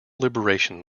liberation